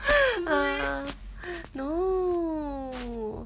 err no